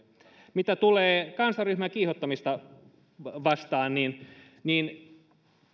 mitä tulee kansanryhmää vastaan kiihottamiseen niin